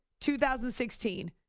2016